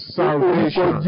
salvation